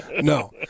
No